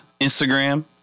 Instagram